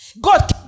God